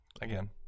again